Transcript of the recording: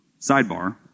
sidebar